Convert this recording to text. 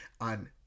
on